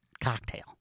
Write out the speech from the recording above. cocktail